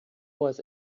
was